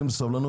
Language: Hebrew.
בעניין.